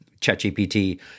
ChatGPT